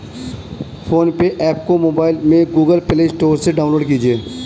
phone पे app को mobile में गूगल प्ले स्टोर से डाउनलोड कीजिए